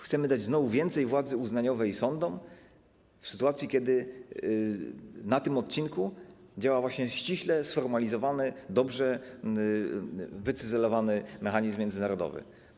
Chcemy znowu dać więcej władzy uznaniowej sądom, w sytuacji kiedy na tym odcinku działa właśnie ściśle sformalizowany, dobrze wycyzelowany mechanizm międzynarodowy?